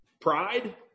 Pride